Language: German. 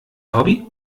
hobby